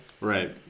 Right